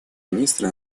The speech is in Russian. министра